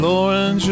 Lauren